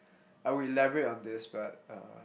I would elaborate on this but uh